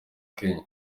kenya